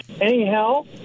Anyhow